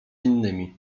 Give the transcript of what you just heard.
innymi